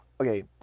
Okay